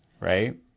Right